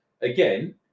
again